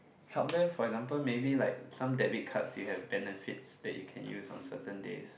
help them for example maybe like some debit cards you have benefits that you can use on certain days